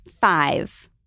five